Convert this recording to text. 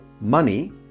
money